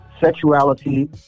Sexuality